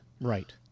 Right